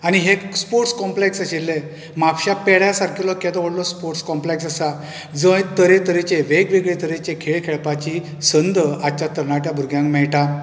आनी हेंक sports complex आशिल्लें म्हापशां पेड्या सारकिल्लो केदो व्हडलो स्पोट्स कॉम्पॅक्स आसा जंय तरेतरेचें वेगवेगळे तरेचें खेळ खेळपाची संद आजच्या तरनाट्यां बुरग्यांक मेळटा